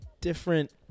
different